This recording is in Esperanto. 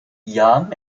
jam